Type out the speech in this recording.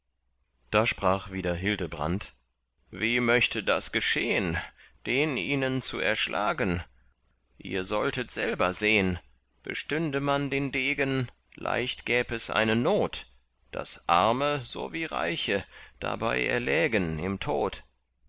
da sprach wieder hildebrand wie möchte das geschehn den ihnen zu erschlagen ihr solltet selber sehn bestünde man den degen leicht gäb es eine not daß arme so wie reiche dabei erlägen im tod